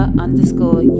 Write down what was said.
underscore